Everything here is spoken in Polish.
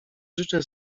życzę